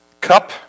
cup